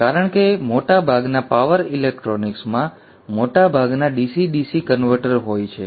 કારણ કે મોટા ભાગના પાવર ઇલેક્ટ્રોનિક્સ માં મોટા ભાગના DC DC કન્વર્ટર હોય છે